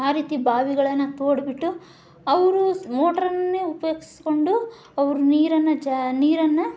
ಆ ರೀತಿ ಬಾವಿಗಳನ್ನ ತೋಡಿಬಿಟ್ಟು ಅವರು ಮೋಟಾರನ್ನೇ ಉಪಯೋಗಿಸ್ಕೊಂಡು ಅವ್ರು ನೀರನ್ನು ನೀರನ್ನು